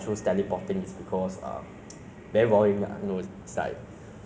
是应该是今年挪过生日的时候她:shi ying gai shi jin nian guo sheng ri de shi hou ta